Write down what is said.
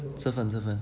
这份这份